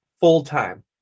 full-time